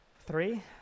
Three